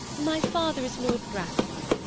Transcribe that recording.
my father is lord bracknell.